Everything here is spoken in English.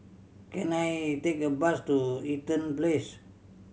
can I take a bus to Eaton Place